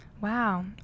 Wow